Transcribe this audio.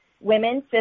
women